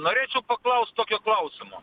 norėčiau paklaust tokio klausimo